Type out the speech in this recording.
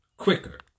quicker